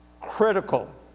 critical